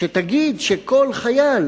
שתגיד שכל חייל